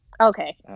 Okay